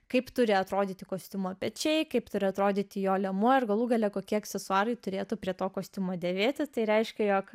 kaip turi atrodyti kostiumo pečiai kaip turi atrodyti jo liemuo ir galų gale kokie aksesuarai turėtų prie to kostiumo dėvėti tai reiškia jog